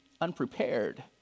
unprepared